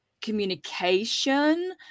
communication